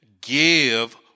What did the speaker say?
Give